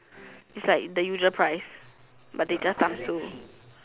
it's like the usual price but they just times two